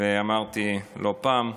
ואמרתי לא פעם,